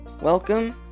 welcome